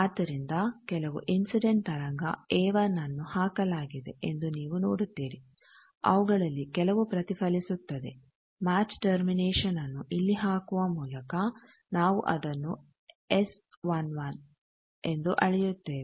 ಆದ್ದರಿಂದ ಕೆಲವು ಇನ್ಸಿಡೆಂಟ್ ತರಂಗ a1 ನ್ನು ಹಾಕಲಾಗಿದೆ ಎಂದು ನೀವು ನೋಡುತ್ತೀರಿ ಅವುಗಳಲ್ಲಿ ಕೆಲವು ಪ್ರತಿಫಲಿಸುತ್ತದೆ ಮ್ಯಾಚ್ ಟರ್ಮಿನೇಶನ್ ನ್ನು ಇಲ್ಲಿ ಹಾಕುವ ಮೂಲಕ ನಾವು ಅದನ್ನು ಎಸ್ 11 ಎಂದು ಅಳೆಯುತ್ತೇವೆ